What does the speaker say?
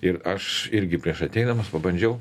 ir aš irgi prieš ateidamas pabandžiau